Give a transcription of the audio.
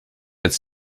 its